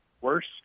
worse